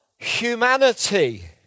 humanity